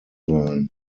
sein